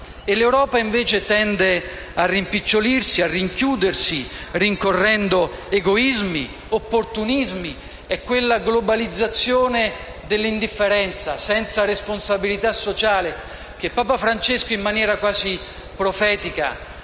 l'Europa, invece, tende a rimpicciolirsi, a rinchiudersi, rincorrendo egoismi, opportunismi; è quella globalizzazione dell'indifferenza senza responsabilità sociale, di cui Papa Francesco, in maniera quasi profetica,